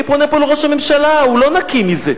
אני פונה אל ראש הממשלה, הוא לא נקי מזה.